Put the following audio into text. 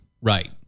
Right